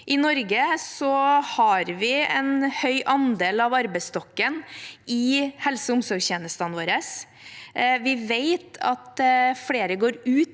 I Norge har vi en høy andel av arbeidsstokken i helse- og omsorgstjenestene våre. Vi vet at flere går ut